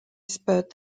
spurred